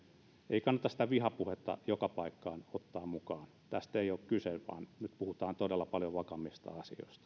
ei kannata sitä vihapuhetta joka paikkaan ottaa mukaan tästä ei ole kyse vaan nyt puhutaan todella paljon vakavammista